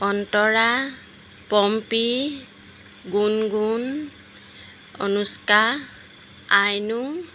Antara Pompi Gungun Anushka Ainu